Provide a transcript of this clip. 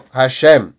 Hashem